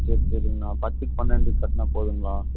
சரி சரிங்ண்ணா பத்துக்கு பன்னெரெண்டு கட்டினா போதுங்களா